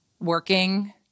working